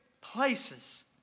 places